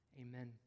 amen